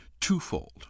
twofold